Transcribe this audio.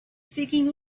seeking